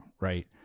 right